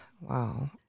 wow